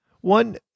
One